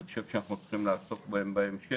אני חושב שאנחנו צריכים לעסוק בהם בהמשך.